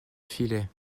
filet